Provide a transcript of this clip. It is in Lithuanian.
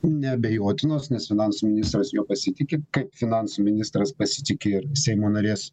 neabejotinos nes finansų ministras juo pasitiki kaip finansų ministras pasitiki ir seimo narės